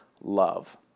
love